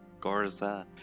Gorza